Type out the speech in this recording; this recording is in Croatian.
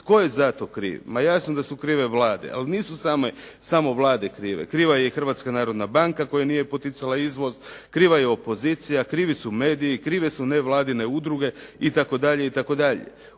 Tko je za to kriv? Ma jasno da su krive Vlade, ali nisu samo Vlade krive, kriva je i Hrvatska narodna banka koja nije poticala izvoz, kriva je opozicija, krivi su mediji, krive su nevladine udruge itd.